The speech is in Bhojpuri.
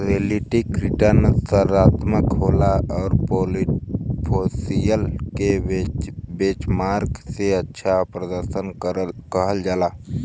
रिलेटिव रीटर्न सकारात्मक होला त पोर्टफोलियो के बेंचमार्क से अच्छा प्रर्दशन कहल जाला